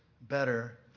better